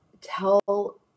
tell